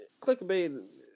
Clickbait